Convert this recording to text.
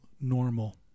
normal